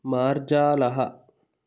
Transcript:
मार्जालः